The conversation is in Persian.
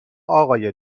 آقای